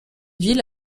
ville